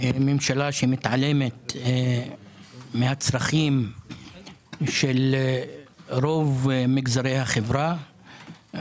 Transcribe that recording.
ממשלה שמתעלמת מהצרכים של רוב מגזרי החברה,